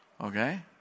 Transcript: Okay